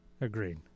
Agreed